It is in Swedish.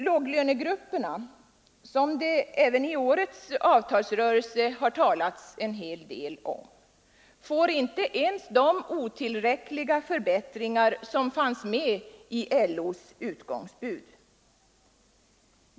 Låglönegrupperna, som det även i årets avtalsrörelse talats en hel del om, får inte ens de otillräckliga förbättringar som fanns med i LO:s utgångsbud.